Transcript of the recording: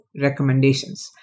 recommendations